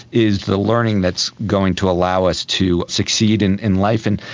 is the learning that's going to allow us to succeed in in life and,